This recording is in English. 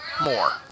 More